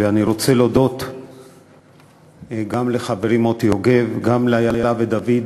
ואני רוצה להודות גם לחברי מוטי יוגב וגם לאילה ודוד,